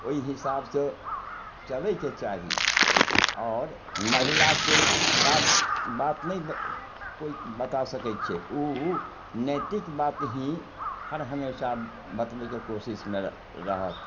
ओइ हिसाबसँ चलयके चाही आओर महिला कोइ खराब बात नहि कोइ बता सकय छै उ नैतिक बात ही हर हमेशा बतबयके कोशिशमे रहत